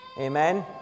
Amen